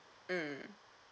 mm